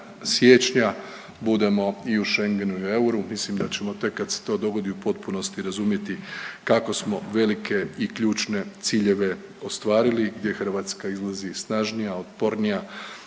siječnja budemo i u Schengenu i u euru. Mislim da ćemo tek kad se to dogodi u potpunosti razumjeti kako smo velike i ključne ciljeve ostvarili gdje Hrvatska izlazi snažnija, otpornija,